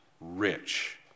rich